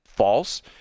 false